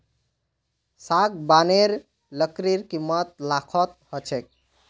सागवानेर लकड़ीर कीमत लाखत ह छेक